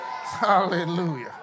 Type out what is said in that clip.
Hallelujah